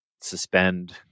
suspend